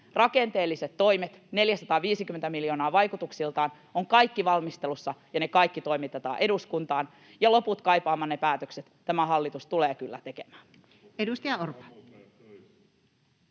Rakenteelliset toimet, 450 miljoonaa vaikutuksiltaan, ovat kaikki valmistelussa, ja ne kaikki toimitetaan eduskuntaan, ja loput kaipaamanne päätökset tämä hallitus tulee kyllä tekemään.